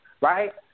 right